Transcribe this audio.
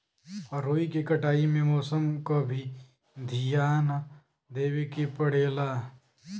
रुई के कटाई में मौसम क भी धियान देवे के पड़ेला